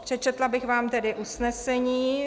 Přečetla bych vám tedy usnesení.